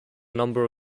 number